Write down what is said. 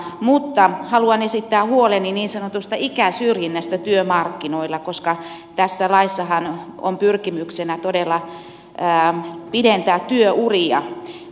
mutta haluan esittää huoleni niin sanotusta ikäsyrjinnästä työmarkkinoilla koska tässä laissahan on pyrkimyksenä todella pidentää työuria